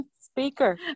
speaker